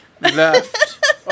left